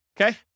Okay